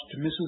Mrs